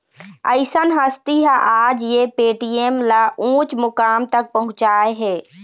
अइसन हस्ती ह आज ये पेटीएम ल उँच मुकाम तक पहुचाय हे